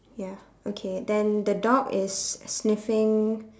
ya okay then the dog is sniffing